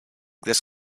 this